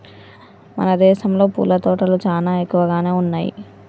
మన దేసంలో పూల తోటలు చానా ఎక్కువగానే ఉన్నయ్యి